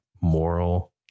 moral